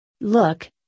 look